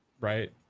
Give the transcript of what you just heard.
right